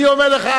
אני אומר לך,